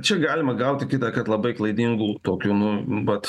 čia galima gauti kitą kad labai klaidingų tokių nu vat